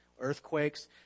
earthquakes